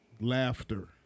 laughter